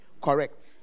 correct